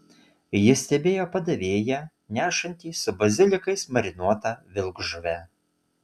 ji stebėjo padavėją nešantį su bazilikais marinuotą vilkžuvę